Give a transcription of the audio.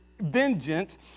vengeance